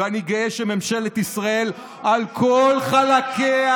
ואני גאה שממשלת ישראל על כל חלקיה,